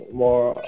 more